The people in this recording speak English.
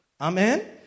Amen